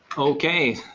okay,